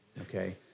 Okay